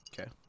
Okay